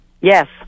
yes